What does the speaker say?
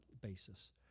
basis